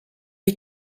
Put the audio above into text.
est